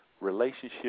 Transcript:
relationship